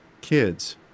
kids